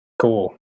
Cool